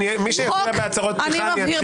מי שיפריע בהצהרות פתיחה, אני אתחיל